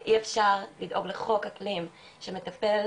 אי אפשר לדאוג לחוק אקלים שמטפל,